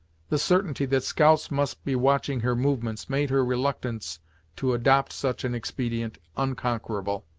the certainty that scouts must be watching her movements made her reluctance to adopt such an expedient unconquerable.